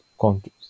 countries